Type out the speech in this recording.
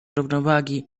równowagi